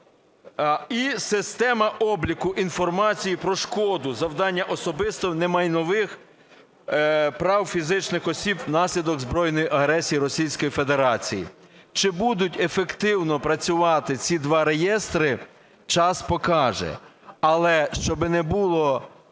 і система обліку інформації про шкоду, завдання особисто немайнових прав фізичних осіб внаслідок збройної агресії Російської Федерації. Чи будуть ефективно працювати ці два реєстри, час покаже. Але щоби не було